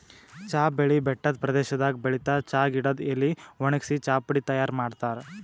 ಚಾ ಬೆಳಿ ಬೆಟ್ಟದ್ ಪ್ರದೇಶದಾಗ್ ಬೆಳಿತಾರ್ ಚಾ ಗಿಡದ್ ಎಲಿ ವಣಗ್ಸಿ ಚಾಪುಡಿ ತೈಯಾರ್ ಮಾಡ್ತಾರ್